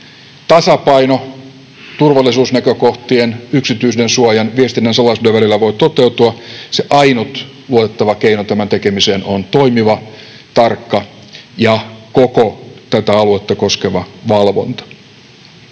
tasapaino turvallisuusnäkökohtien, yksityisyydensuojan ja viestinnän salaisuuden välillä voi toteutua, se ainut luotettava keino tämän tekemiseen on toimiva, tarkka ja koko tätä aluetta koskeva valvonta.